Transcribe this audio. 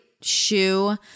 shoe